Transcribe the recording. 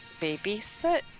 babysit